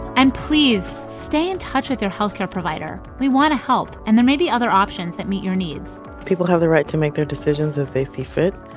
and please stay in touch with your health care provider. we want to help, and there may be other options that meet your needs people have the right to make their decisions as they see fit.